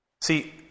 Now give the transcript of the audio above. See